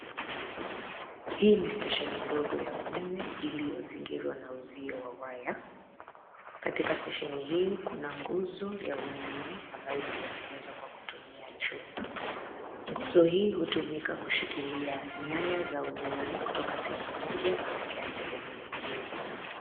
Hii ni stesheni ndogo ya umeme iliyozingirwa na uzio wa waya. Katika stesheni hii kuna nguzo ya umeme ambayo imetengenezwa kwa kutumia chuma. Nguzo hii hutumika kushikilia nyaya za umeme kutoka sehemu moja kuelekea sehemu nyingine.